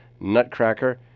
Nutcracker